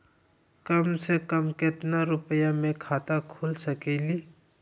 कम से कम केतना रुपया में खाता खुल सकेली?